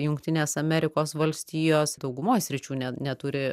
jungtinės amerikos valstijos daugumoj sričių net neturi